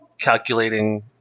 calculating